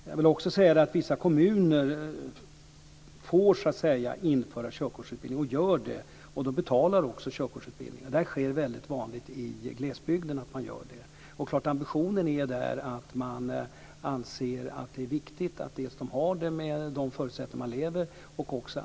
Jag vill också säga att vissa kommuner får införa körkortsutbildning och gör det. De betalar också körkortsutbildningen. Det är mycket vanligt att man gör det i glesbygden. Man anser där att det är viktigt att invånarna har körkort med de förutsättningar de lever under.